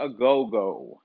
Agogo